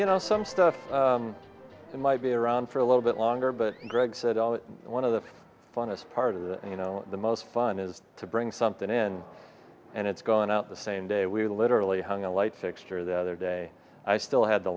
you know some stuff that might be around for a little bit longer but greg said all that one of the funnest part of the you know the most fun is to bring something in and it's going out the same day we literally hung a light fixture the other day i still had the